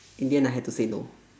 in the end I had to say no